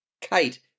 Kate